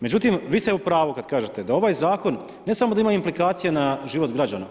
Međutim, vi ste u pravu kad kažete da ovaj zakon ne samo da ima implikacije na život građana.